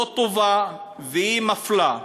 לא טובה ומפלה.